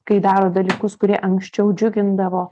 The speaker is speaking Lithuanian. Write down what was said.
kai daro dalykus kurie anksčiau džiugindavo